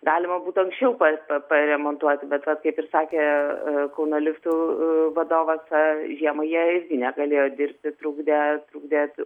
galima būtų anksčiau pa paremontuoti bet vat kaip ir sakė kauno liftų vadovas žiemą jie irgi negalėjo dirbti trukdė trukdė